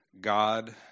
God